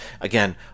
Again